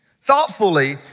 thoughtfully